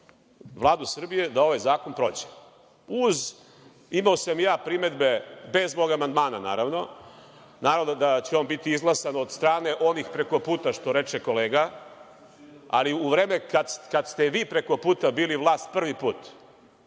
Vladu Srbije da ovaj zakon prođe. Imao sam primedbe bez tog amandmana. Naravno, da će on biti izglasan od strane onih preko puta, što reče kolega, ali u vreme kad ste vi preko puta bili vlast prvi put,